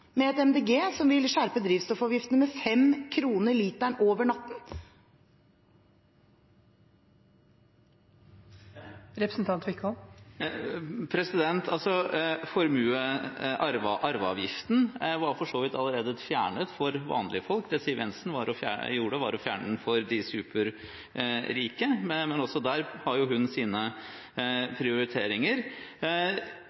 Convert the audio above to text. med Miljøpartiet De Grønne, som vil skjerpe drivstoffavgiftene med 5 kroner literen over natten. Arveavgiften var for så vidt allerede fjernet for vanlige folk. Det Siv Jensen gjorde, var å fjerne den for de superrike. Men også der har hun sine